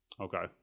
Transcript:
Okay